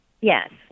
Yes